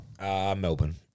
Melbourne